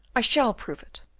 i shall prove it.